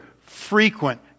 frequent